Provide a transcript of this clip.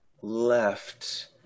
left